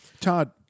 Todd